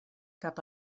cap